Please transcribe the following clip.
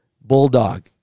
bulldog